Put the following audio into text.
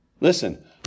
Listen